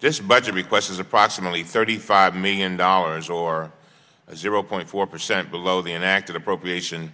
this budget request is approximately thirty five million dollars or zero point four percent below the enacted appropriation